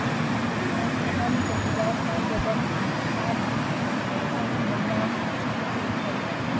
ꯑꯂꯤꯁꯥꯛ ꯈꯥꯅꯝ ꯖꯍꯤꯗꯥꯁ ꯁꯍꯥꯖꯥꯕꯝ ꯑꯞꯁꯥꯅꯏꯐꯝ ꯔꯣꯖꯤ ꯃꯣꯏꯅꯥꯝ ꯑꯁꯃꯥ ꯌꯨꯝꯈꯥꯏꯕꯝ